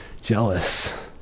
jealous